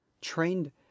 trained